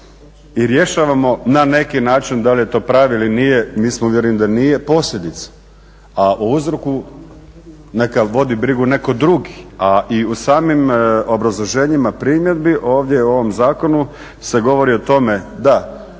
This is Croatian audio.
i rješavamo na neki način, da li je to pravi ili nije, mi smo uvjereni da nije, posljedice a o uzroku neka vodi brigu netko drugi. A i u samim obrazloženjima primjedbi ovdje u ovom zakonu se govori o tome da